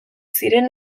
ziren